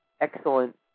excellent